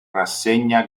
rassegna